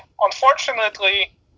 Unfortunately